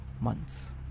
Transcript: months